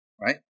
right